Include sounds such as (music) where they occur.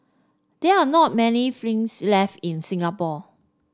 there are not many (unintelligible) left in Singapore